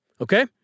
okay